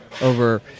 over